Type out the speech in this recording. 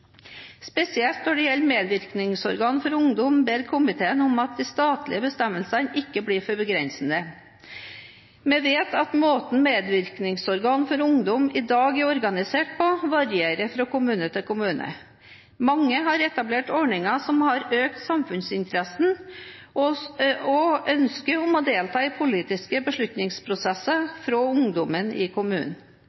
Spesielt når det gjelder medvirkningsorgan for ungdom, ber komiteen om at de statlige bestemmelsene ikke blir for begrensende. Vi vet at måten medvirkningsorgan for ungdom i dag er organisert på, varier fra kommune til kommune. Mange kommuner har etablert ordninger som har økt samfunnsinteressen og ønsket om å delta i politiske beslutningsprosesser